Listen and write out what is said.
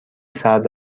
سرد